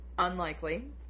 Unlikely